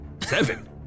Seven